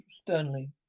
sternly